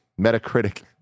Metacritic